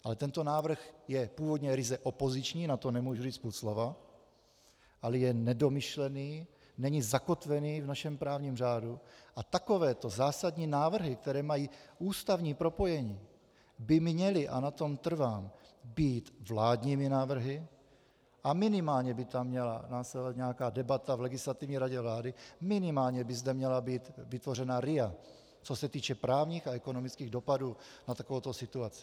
Ale tento návrh je původně ryze opoziční, na to nemůžu říct půl slova, ale je nedomyšlený, není zakotvený v našem právním řádu a takovéto zásadní návrhy, které mají ústavní propojení, by měly, a na tom trvám, být vládními návrhy a minimálně by tam měla následovat nějaká debata v Legislativní radě vlády, minimálně by zde měla být vytvořena RIA, co se týče právních a ekonomických dopadů na takovouto situaci.